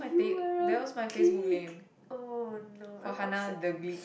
you were a gleek oh no I'm upset